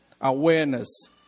awareness